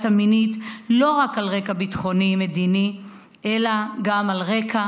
המינית לא רק על רקע ביטחוני-מדיני אלא גם על רקע